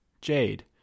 Jade